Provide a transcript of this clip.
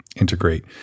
integrate